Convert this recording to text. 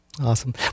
Awesome